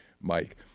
Mike